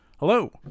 Hello